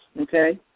okay